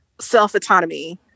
self-autonomy